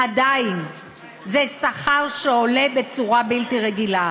עדיין זה שכר שעולה בצורה בלתי רגילה.